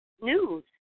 news